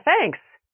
thanks